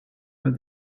but